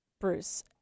Bruce